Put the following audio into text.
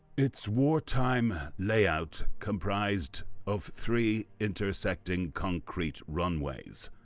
it's wartime layout comprised of three intersecting concrete runways,